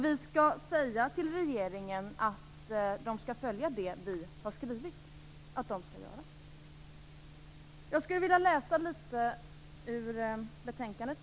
Vi skall säga till regeringen att den skall göra det som vi har skrivit att den skall göra. Jag skulle vilja läsa litet ur betänkandet.